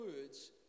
words